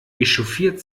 echauffiert